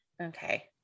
Okay